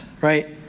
right